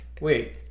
Wait